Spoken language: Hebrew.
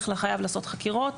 חייבים לעשות חקירות,